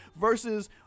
Versus